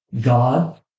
God